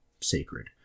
sacred